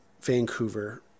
Vancouver